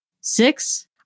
Six